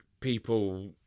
people